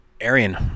Arian